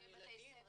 לגן הילדים?